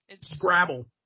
Scrabble